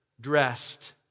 dressed